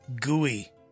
gooey